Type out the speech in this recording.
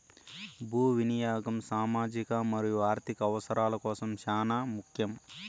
భూ వినియాగం సామాజిక మరియు ఆర్ధిక అవసరాల కోసం చానా ముఖ్యం